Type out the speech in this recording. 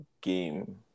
game